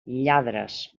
lladres